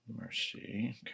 Mercy